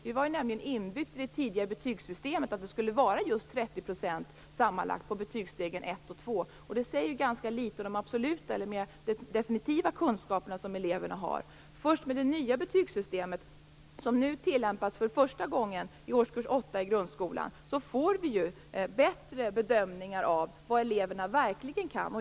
Det var nämligen inbyggt i det tidigare betygssystemet att det skulle vara just 30 % sammanlagt på betygsstegen 1 och 2, och det säger ju ganska litet om de absoluta eller mer definitiva kunskaper som eleverna har. Först med det nya betygssystemet, som nu tillämpas för första gången i årskurs 8 i grundskolan, får vi bättre bedömningar av vad eleverna verkligen kan.